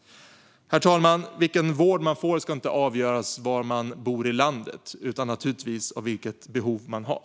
Herr talman! Vilken vård man får ska inte avgöras av var i landet man bor utan naturligtvis av vilket behov man har.